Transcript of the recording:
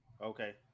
Okay